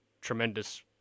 tremendous